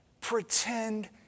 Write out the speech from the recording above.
pretend